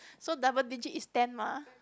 so double digit is ten mah